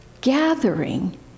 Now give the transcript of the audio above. gathering